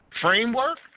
framework